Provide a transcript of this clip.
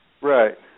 Right